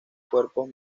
cuerpos